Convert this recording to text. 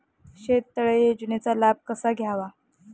शेततळे योजनेचा लाभ कसा घ्यावा?